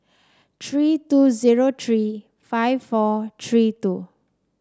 three two zero three five four three two